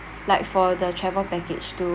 like for the travel package to